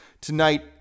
tonight